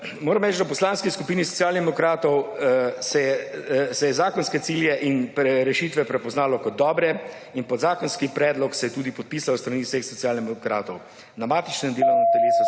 Moram reči, da v Poslanski skupini Socialnih demokratov se je zakonske cilje in rešitve prepoznalo kot dobre in zakonski predlog se je tudi podpisal s strani vseh socialnih demokratov. Na matičnem delovnem telesu